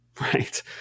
right